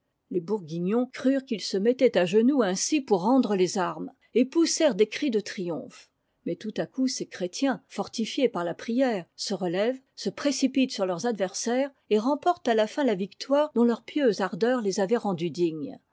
les bourguignons crurent qu'ils se mettaient à genoux ainsi pour rendre les armes et poussèrent des cris de triomphe mais tout à coup ces chrétiens fortifiés par la prière se relèvent se précipitent sur leurs adversaires et remportent à la fin la victoire dont leur pieuse ardeur les avait rendus'dignes